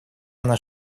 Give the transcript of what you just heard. она